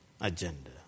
agenda